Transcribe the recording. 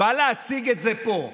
בא להציג את זה פה.